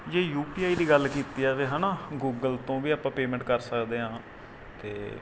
ਜੇ U P I ਦੀ ਗੱਲ ਕੀਤੀ ਜਾਵੇ ਹੈ ਨਾ ਗੂਗਲ ਤੋਂ ਵੀ ਆਪਾਂ ਪੇਮੈਂਟ ਕਰ ਸਕਦੇ ਹਾਂ ਅਤੇ